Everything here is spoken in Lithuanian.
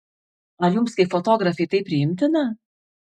ar jums kaip fotografei tai priimtina